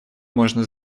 можно